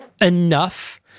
enough